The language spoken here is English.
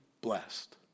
blessed